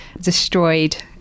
destroyed